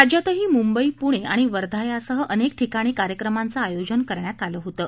राज्यातही मुंबई पुणे आणि वर्धा यासह अनेक ठिकाणी कार्यक्रमांचं आयोजन करण्यात आलं होतं